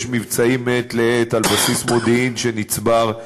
יש מבצעים מעת לעת על בסיס מודיעין שנצבר.